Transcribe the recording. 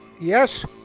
Yes